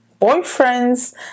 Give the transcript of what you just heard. boyfriends